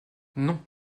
non